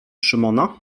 szymona